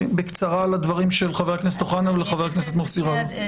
בקצרה לדברים של חבר הכנסת אוחנה וחבר הכנסת מוסי רז?